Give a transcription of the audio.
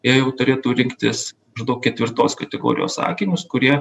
jie jau turėtų rinktis maždaug ketvirtos kategorijos akinius kurie